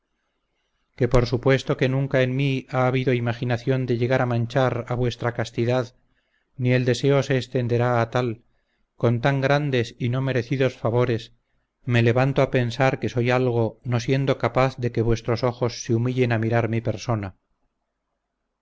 que por supuesto que nunca en mí ha habido imaginación de llegar a manchar a vuestra castidad ni el deseo se extenderá a tal con tan grandes y no merecidos favores me levanto a pensar que soy algo no siendo capaz de que vuestros ojos se humillen a mirar mi persona